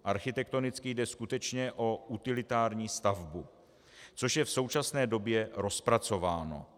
Architektonicky jde skutečně o utilitární stavbu, což je v současné době rozpracováno.